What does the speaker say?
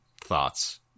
thoughts